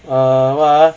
err [what] ah